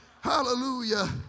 Hallelujah